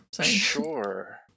Sure